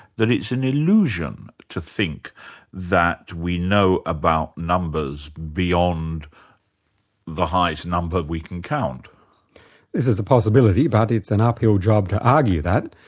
that it's an illusion to think that we know about numbers beyond the highest number we can count. this is a possibility, but it's an uphill job to argue that.